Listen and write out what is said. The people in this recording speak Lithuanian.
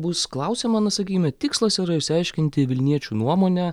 bus klausiama na sakykime tikslas yra išsiaiškinti vilniečių nuomonę